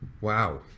Wow